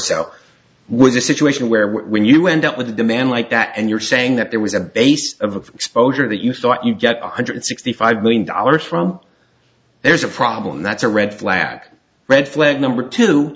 so with a situation where when you end up with a demand like that and you're saying that there was a basis of exposure that you thought you get one hundred sixty five million dollars from there's a problem that's a red flag red flag number two